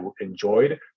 enjoyed